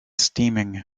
steaming